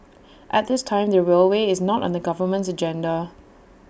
at this time the railway is not on the government's agenda